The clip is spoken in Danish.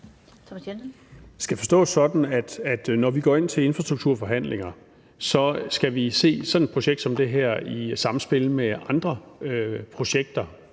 når vi går ind til infrastrukturforhandlinger, skal vi se sådan et projekt som det her i samspil med andre projekter